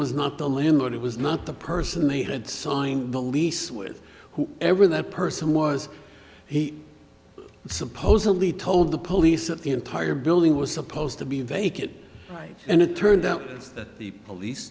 was not the landlord it was not the person they had signed the lease with who ever that person was he supposedly told the police that the entire building was supposed to be vacant and it turned out that the police